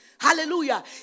Hallelujah